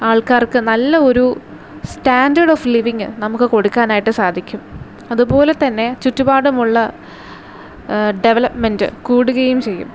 ആൾക്കാർക്ക് നല്ല ഒരു സ്റ്റാഡേർഡ് ഓഫ് ലിവിങ് നമുക്ക് കൊടുക്കാനായിട്ട് സാധിക്കും അതുപോലെ തന്നെ ചുറ്റുപാടുമുള്ള ഡെവലപ്മെൻറ്റ് കൂടുകയും ചെയ്യും